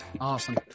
awesome